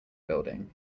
building